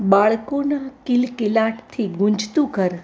બાળકોના કિલકિલાટથી ગુંજતું ઘર